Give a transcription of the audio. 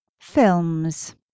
Films